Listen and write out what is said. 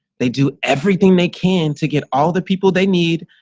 they do everything they can to get all the people they need,